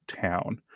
town